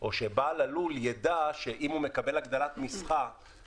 או בעל הלול ידע שאם הוא מקבל הגדלת מכסה,